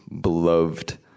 beloved